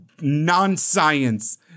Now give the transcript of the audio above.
non-science